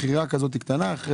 מכירה כזאת קטנה,